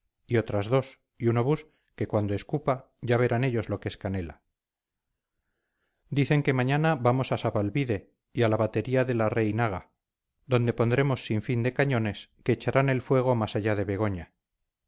y otras dos y un obús que cuando escupa ya verán ellos lo que es canela dicen que mañana vamos a sabalbide y a la batería de la reinaga donde pondremos sin fin de cañones que echarán el fuego más allá de begoña